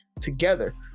together